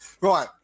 Right